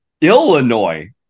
Illinois